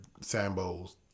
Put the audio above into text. Sambo's